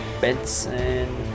Benson